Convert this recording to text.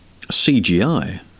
CGI